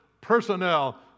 personnel